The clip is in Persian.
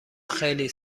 خیلی